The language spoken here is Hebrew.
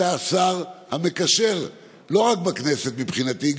ואתה השר המקשר לא רק בכנסת מבחינתי,